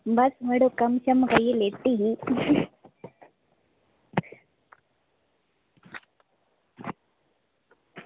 बस यरो कम्म करियै लेटी ही